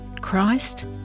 Christ